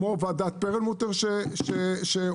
כמו ועדת פרלמוטר שהוקמה,